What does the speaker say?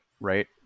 right